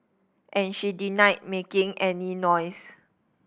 and she denied making any noise